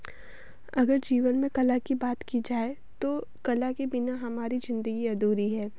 अगर जीवन में कला की बात की जाए तो कला के बिना हमारी ज़िंदगी अधूरी है